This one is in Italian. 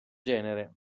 genere